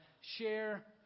share